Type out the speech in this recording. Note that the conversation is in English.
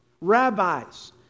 rabbis